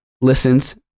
listens